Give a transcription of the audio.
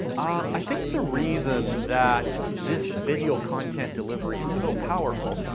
i think the reason that this video content delivery is so powerful,